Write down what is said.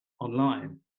online